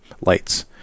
lights